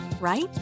right